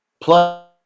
Plus